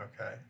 Okay